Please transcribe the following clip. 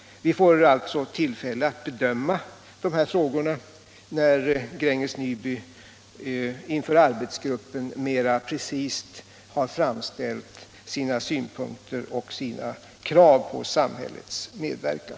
Vi får alltså tillfälle att bedöma dessa frågor när Gränges Nyby inför arbetsgruppen mera precist har angivit sina synpunkter och framställt sina krav på samhällets medverkan.